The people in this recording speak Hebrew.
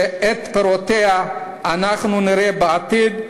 ואת פירותיה אנחנו נראה בעתיד.